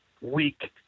week